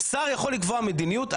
שר יכול לקבוע מדיניות,